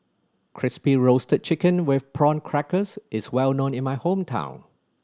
Crispy Roasted Chicken with Prawn Crackers is well known in my hometown